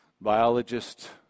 Biologist